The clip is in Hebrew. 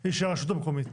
היא של הרשות המקומית.